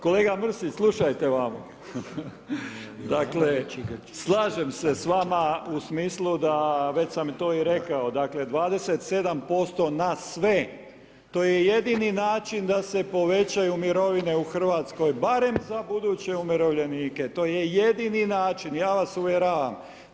Kolega Mrsić, slušajte vamo, dakle slažem se s vama u smislu da, već sam to i rekao, dakle 27% na sve, to je jedini način da se povećaju mirovine u Hrvatskoj, barem za buduće umirovljenike, to je jedini način, ja vas uvjeravam.